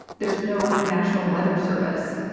there's no national weather service,